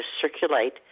circulate